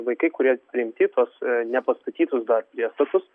vaikai kurie priimti į tuos nepastatytus dar priestatus